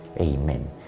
Amen